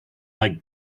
like